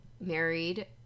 married